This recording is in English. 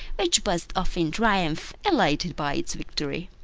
which buzzed off in triumph, elated by its victory.